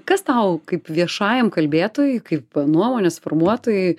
kas tau kaip viešajam kalbėtojui kaip nuomonės formuotojui